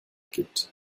gibt